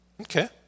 Okay